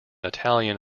italian